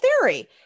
theory